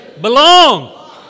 belong